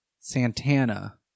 santana